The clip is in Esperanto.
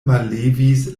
mallevis